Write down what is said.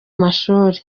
mashuri